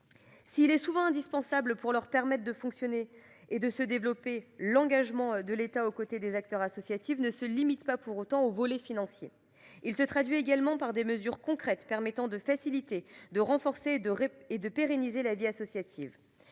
S’il est souvent indispensable pour leur permettre de fonctionner et de se développer, l’engagement de l’État aux côtés des associations ne se limite pas pour autant au volet financier. Il se traduit également par des mesures concrètes permettant de faciliter, de renforcer et de pérenniser la vie associative.